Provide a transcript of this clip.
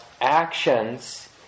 actions